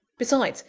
besides,